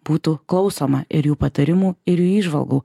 būtų klausoma ir jų patarimų ir jų įžvalgų